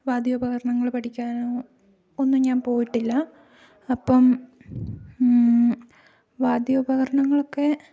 വാദ്യോപകരണങ്ങൾ പഠിക്കാനോ ഒന്നും ഞാൻ പോയിട്ടില്ല അപ്പം വാദ്യോപകരണങ്ങളൊക്കെ